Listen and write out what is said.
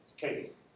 case